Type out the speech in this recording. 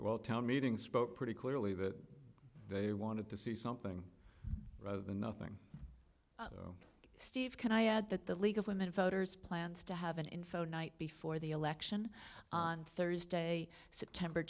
well town meeting spoke pretty clearly that they wanted to see something rather than nothing steve can i add that the league of women voters plans to have an info night before the election on thursday september